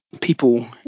people